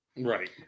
right